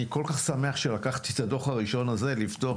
אני שמח שלקחתי את הדוח הראשון הזה לפתוח